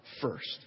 first